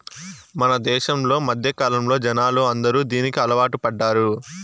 మన దేశంలో మధ్యకాలంలో జనాలు అందరూ దీనికి అలవాటు పడ్డారు